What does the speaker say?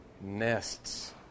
nests